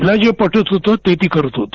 तिला जे पटत होतं ते तो करत होती